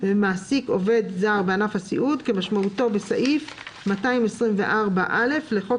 "מעסיק עובד זר בענף הסיעוד" כמשמעותו בסעיף 224(א) לחוק